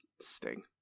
Sting